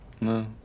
No